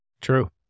True